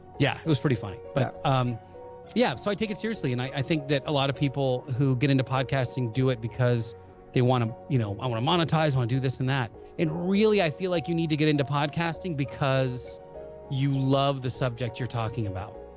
yeah it was pretty funny but yeah so i take it seriously and i i think that a lot of people who get into podcasting do it because they want them. um you know i want to monetize i wanna do this and that and really i feel like you need to get into podcasting because you love the subject you're talking about